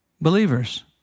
believers